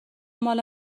مال